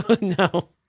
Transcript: no